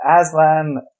Aslan